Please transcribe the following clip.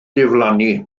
diflannu